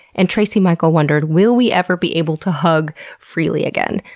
and tracy michael wondered will we ever be able to hug freely again?